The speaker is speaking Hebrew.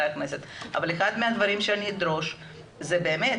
אבל אחד מהדברים שאני אדרוש זה באמת,